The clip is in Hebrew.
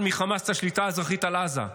מחמאס את השליטה האזרחית על עזה";